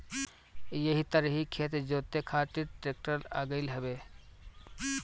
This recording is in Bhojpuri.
एही तरही खेत जोते खातिर ट्रेक्टर आ गईल हवे